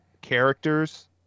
characters